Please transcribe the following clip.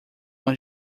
uma